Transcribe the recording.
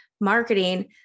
Marketing